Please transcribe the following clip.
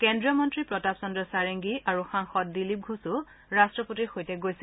কেন্দ্ৰীয় মন্ত্ৰী প্ৰতাপ চন্দ্ৰ সাৰেংগী আৰু সাংসদ দিলীপ ঘোষো ৰাট্টপতিৰ সৈতে গৈছে